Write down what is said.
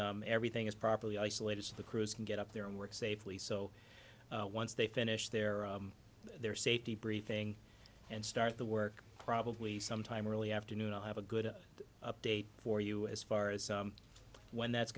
everything is properly isolated to the crews can get up there and work safely so once they finish their their safety briefing and start the work probably sometime early afternoon i'll have a good update for you as far as when that's